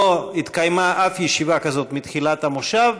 לא התקיימה אף ישיבה כזאת מתחילת המושב,